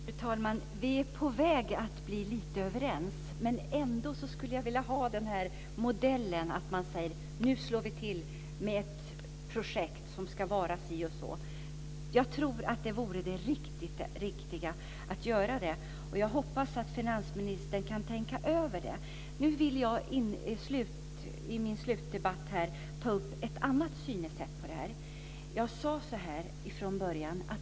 Fru talman! Vi är på väg att bli lite överens. Ändå skulle jag vilja ha en modell där vi säger att vi ska genomföra ett projekt. Jag tror att det vore det enda riktiga att göra. Jag hoppas att finansministern kan tänka över det. Nu vill jag i mitt slutinlägg ta upp ett annat synsätt på frågan.